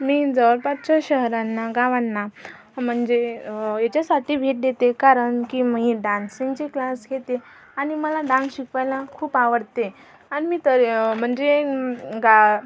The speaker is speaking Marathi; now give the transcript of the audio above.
मी जवळपासच्या शहरांना गावांना म्हणजे याच्यासाठी भेट देते कारण की मी डान्सिंगची क्लास घेते आणि मला डान्स शिकवायला खूप आवडते आणि मी तर म्हणजे गा